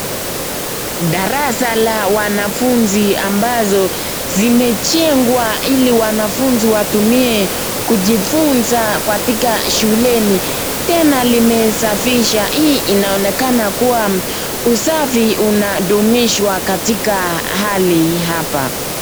Darasa la wanafunzi ambazo zimejengwa ili wanafunzi watumie kujifunzs katika shuleni . Tena limezafishwa, hii inaonekana kuwa usafi unadumishww katika hali hapa.